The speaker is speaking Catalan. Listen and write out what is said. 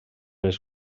les